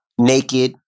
naked